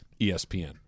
ESPN